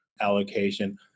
allocation